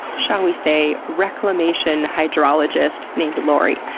shall we say, reclamation hydrologist named lori.